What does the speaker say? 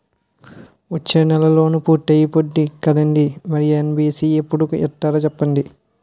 వచ్చేనెలే లోన్ పూర్తయిపోద్ది కదండీ మరి ఎన్.ఓ.సి ఎప్పుడు ఇత్తారో సెప్పండి